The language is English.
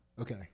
Okay